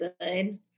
good